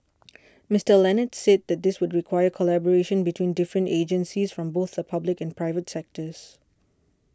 Mister Leonard said that this would require collaboration between different agencies from both the public and private sectors